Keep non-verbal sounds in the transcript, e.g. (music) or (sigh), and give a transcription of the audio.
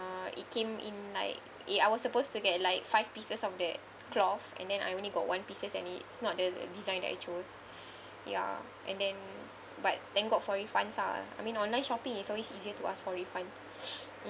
it came in like A I was supposed to get like five pieces of that cloth and then I only got one pieces and it is not the design that I chose ya and then but then got for refunds ah I mean online shopping is always easier to ask for refund (noise)